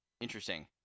Interesting